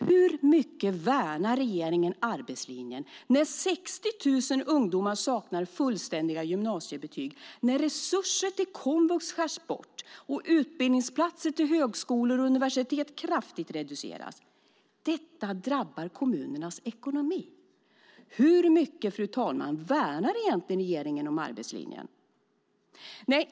Hur mycket värnar regeringen arbetslinjen när 60 000 ungdomar saknar fullständiga gymnasiebetyg, när resurser till komvux skärs bort och antalet utbildningsplatser på högskolor och universitet kraftigt reduceras? Detta drabbar kommunernas ekonomi. Hur mycket, fru talman, värnar regeringen egentligen arbetslinjen?